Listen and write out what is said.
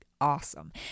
awesome